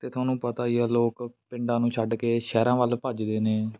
ਅਤੇ ਤੁਹਾਨੂੰ ਪਤਾ ਹੀ ਆ ਲੋਕ ਪਿੰਡਾਂ ਨੂੰ ਛੱਡ ਕੇ ਸ਼ਹਿਰਾਂ ਵੱਲ ਭੱਜਦੇ ਨੇ